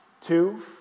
Two